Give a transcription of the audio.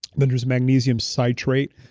then there's magnesium citrate,